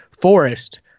forest